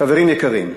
חברים יקרים,